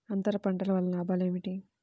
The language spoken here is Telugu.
అంతర పంటల వలన లాభాలు ఏమిటి?